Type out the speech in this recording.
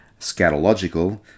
scatological